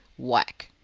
whack!